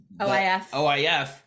oif